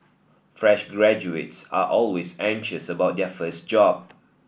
fresh graduates are always anxious about their first job